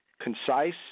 concise